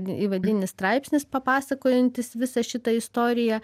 įvadinis straipsnis pasakojantis visą šitą istoriją